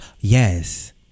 Yes